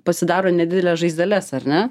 pasidaro nedideles žaizdeles ar ne